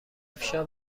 افشا